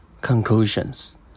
Conclusions